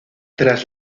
tras